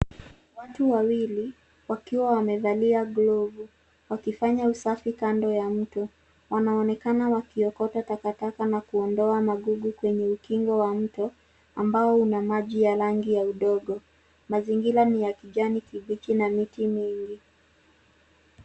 Watu wawili wakiwa wamevalia glovu wakifanya usafi kando ya mto. wanaonekana wakiokota takataka na kuondoa magugu kwenye ukingo wa mto, ambao una maji ya rangi ya udongo. Mazingira ni ya kijani kibichi na miti mingi.